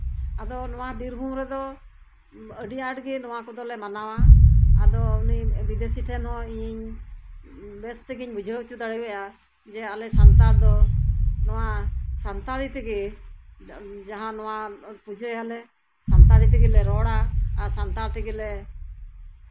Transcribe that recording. ᱟᱫᱚ ᱱᱚᱣᱟ ᱵᱤᱨᱵᱷᱩᱢ ᱨᱮᱫᱚ ᱟᱹᱰᱤ ᱟᱸᱴᱜᱮ ᱱᱚᱣᱟ ᱠᱚᱫᱚᱞᱮ ᱢᱟᱱᱟᱣᱟ ᱟᱫᱚ ᱩᱱᱤ ᱵᱤᱫᱮᱥᱤ ᱴᱷᱮᱱ ᱦᱚᱸ ᱤᱧ ᱵᱮᱥ ᱛᱮᱜᱮᱧ ᱵᱩᱡᱷᱟᱹᱣ ᱦᱚᱪᱚ ᱫᱟᱲᱮ ᱟᱭᱟ ᱡᱮ ᱟᱞᱮ ᱥᱟᱱᱛᱟᱲ ᱫᱚ ᱥᱟᱱᱛᱟᱲᱤ ᱛᱮᱜᱮ ᱡᱟᱦᱟᱸ ᱱᱚᱣᱟ ᱯᱩᱡᱟᱹᱭᱟᱞᱮ ᱟᱨ ᱥᱟᱱᱛᱟᱲᱤ ᱛᱮᱜᱮᱞᱮ ᱨᱚᱲᱟ ᱥᱟᱱᱛᱟᱲ ᱛᱮᱜᱮᱞᱮ